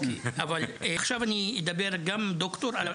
עכשיו אני אדבר גם כדוקטור,